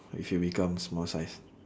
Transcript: if you become small size